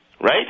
Right